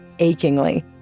achingly